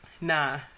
Nah